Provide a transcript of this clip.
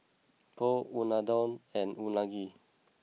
Pho Unadon and Unagi